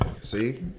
see